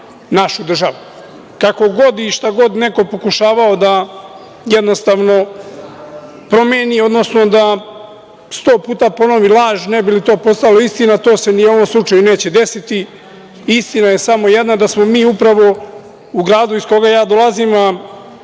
našu državu. Kako god i šta god neko pokušavao da promeni, odnosno da sto puta ponovi laž ne bi li to postalo istina, to se ni u ovom slučaju neće desiti. Istina je samo jedna da smo mi upravo u gradu iz koga ja dolazim,